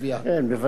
כן, בוודאי.